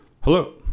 Hello